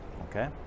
Okay